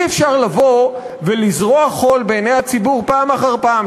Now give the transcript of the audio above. אי-אפשר לבוא ולזרות חול בעיני הציבור פעם אחר פעם.